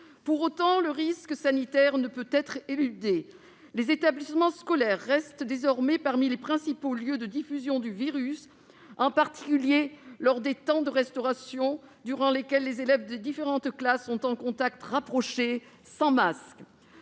Pour autant, le risque sanitaire ne peut être éludé. Les établissements scolaires restent parmi les principaux lieux de diffusion du virus, en particulier lors des temps de restauration, durant lesquels les élèves de différentes classes sont en contact rapproché sans masques.